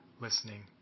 listening